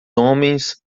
homens